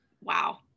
Wow